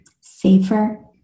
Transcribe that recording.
safer